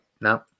No